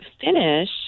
finish